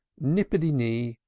nippity-nee,